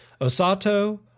Osato